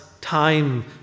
time